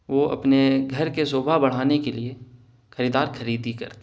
وہ اپنے گھر کے شوبھا بڑھانے کے لیے خریدار خریدی کرتے ہیں